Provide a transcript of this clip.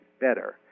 better